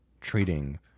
treating